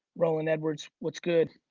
roland edwards. what's good?